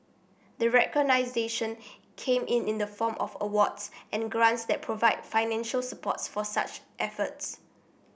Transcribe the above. the recognition came in in the form of awards and grants that provide financial supports for such efforts